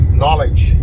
knowledge